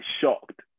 shocked